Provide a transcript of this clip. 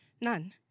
none